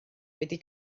wedi